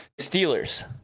Steelers